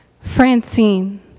Francine